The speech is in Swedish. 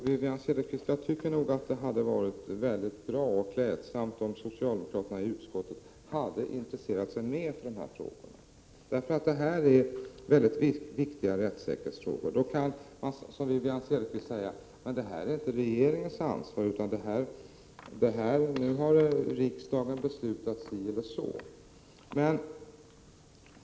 Fru talman! Jag tycker att det hade varit bra och klädsamt om socialdemokraterna i utskottet hade intresserat sig mer för dessa frågor, Wivi-Anne Cederqvist. Det gäller nämligen väldigt viktiga rättssäkerhetsfrågor. Wivi Anne Cederqvist säger att detta inte är regeringens ansvar, för riksdagen har beslutat si eller så.